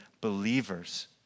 believers